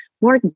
more